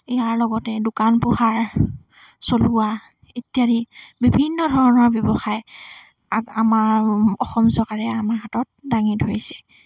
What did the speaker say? ইয়াৰ লগতে দোকান পোহাৰ চলোৱা ইত্যাদি বিভিন্ন ধৰণৰ ব্যৱসায় আমাৰ অসম চৰকাৰে আমাৰ হাতত দাঙি ধৰিছে